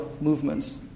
movements